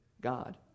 God